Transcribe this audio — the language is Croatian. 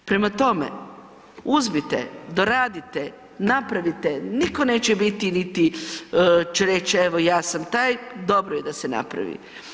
Prema tome, uzmite, doradite, napravite, nitko neće biti niti će reći evo ja sam taj, dobro je da se napravi.